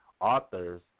authors